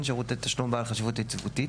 שירותי תשלום בעל חשיבות יציבותית,